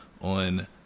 On